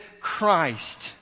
Christ